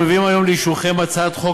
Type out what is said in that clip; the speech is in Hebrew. אנו מביאים היום לאישורכם את הצעת חוק